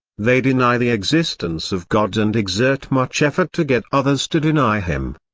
they deny the existence of god and exert much effort to get others to deny him.